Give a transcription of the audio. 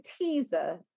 teaser